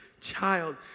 child